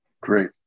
Great